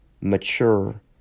mature